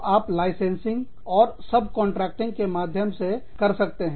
तो आप लाइसेंसिंग और सबकॉन्ट्रैक्टिंग के माध्यम से कर सकते हैं